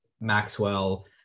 Maxwell